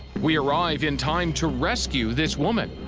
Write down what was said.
we arrive in time to rescue this woman.